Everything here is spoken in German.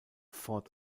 ford